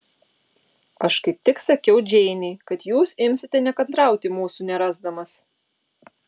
aš kaip tik sakiau džeinei kad jūs imsite nekantrauti mūsų nerasdamas